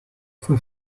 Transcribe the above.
fue